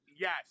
yes